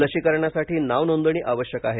लशीकरणासाठी नाव नोंदणी आवश्यक आहे